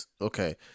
okay